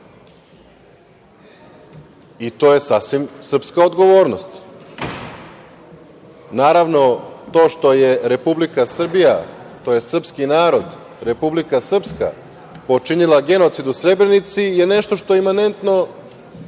i to je sasvim srpska odgovornost. Naravno, to što je Republika Srbija tj. srpski narod, Republika Srpska počinila genocid u Srebrenici je nešto što je eminentno